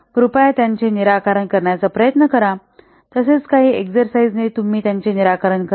कृपया त्यांचे निराकरण करण्याचा प्रयत्न करा तसेच काही एक्सरसाइज ने तुम्ही त्यांचे निराकरण करा